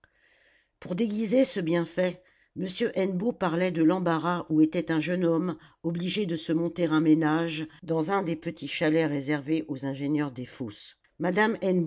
pour déguiser ce bienfait m hennebeau parlait de l'embarras où était un jeune homme obligé de se monter un ménage dans un des petits chalets réservés aux ingénieurs des fosses madame